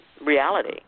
reality